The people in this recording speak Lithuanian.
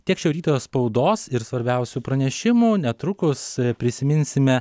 tiek šio ryto spaudos ir svarbiausių pranešimų netrukus prisiminsime